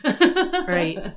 Right